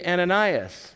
Ananias